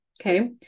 Okay